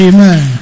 Amen